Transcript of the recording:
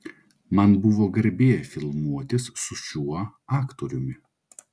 man buvo garbė filmuotis su šiuo aktoriumi